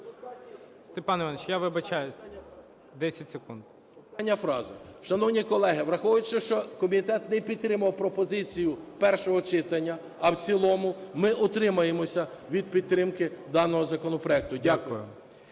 Степан Іванович, я вибачаюсь, 10 секунд. КУБІВ С.І. Остання фраза. Шановні колеги! Враховуючи, що комітет не підтримав пропозицію першого читання, а в цілому, ми утримаємося від підтримки даного законопроекту. Дякую.